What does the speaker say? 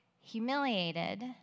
humiliated